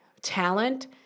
talent